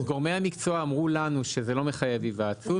גורמי המקצוע אמרו לנו שזה לא מחייב היוועצות,